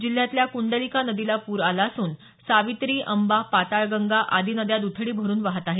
जिल्ह्यातल्या कुंडलिका नदीला पूर आला असून सावित्री अंबा पाताळगंगा आदि नद्या दुथडी भरून वाहत आहेत